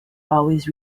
always